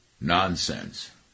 nonsense